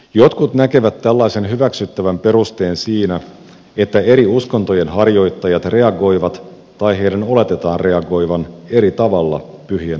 jotkut näkevät tällaisen hyväksyttävän perusteen siinä että eri uskontojen harjoittajat reagoivat tai heidän oletetaan reagoivan eri tavalla pyhien arvojensa loukkaamiseen